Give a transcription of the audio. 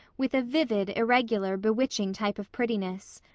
with a vivid, irregular, bewitching type of prettiness.